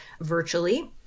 virtually